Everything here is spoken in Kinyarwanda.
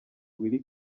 willy